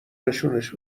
نشونش